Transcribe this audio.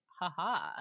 haha